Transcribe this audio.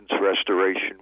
restoration